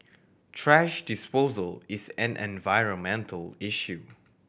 thrash disposal is an environmental issue